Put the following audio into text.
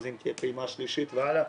אז אם תהיה פעימה שלישית והלאה,